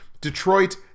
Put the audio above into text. detroit